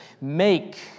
Make